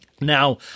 Now